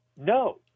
no